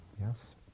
yes